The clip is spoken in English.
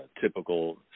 typical